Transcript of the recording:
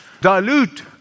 dilute